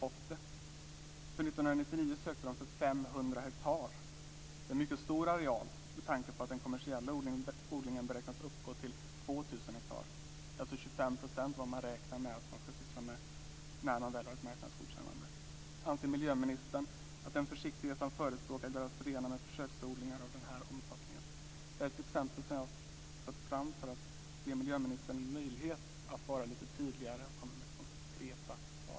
För 1999 sökte företaget tillstånd för 500 hektar - en mycket stor areal med tanke på att den kommersiella odlingen beräknas uppgå till 2 000 hektar. Det är alltså 25 % av vad man räknar med att man ska syssla med när man väl har ett marknadsgodkännande. Anser miljöministern att den försiktighet som han förespråkar går att förena med försöksodlingar av den här omfattningen? Detta är ett exempel som jag har tagit fram för att ge miljöministern en möjlighet att vara lite tydligare och komma med konkreta svar.